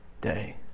day